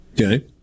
Okay